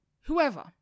whoever